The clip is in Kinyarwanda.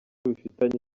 bifitanye